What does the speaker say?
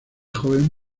joven